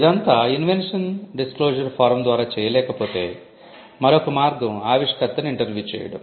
ఇదంతా invention disclosure form ద్వారా చేయలేక పోతే మరొక మార్గం ఆవిష్కర్తను ఇంటర్వ్యూ చేయడం